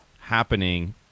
happening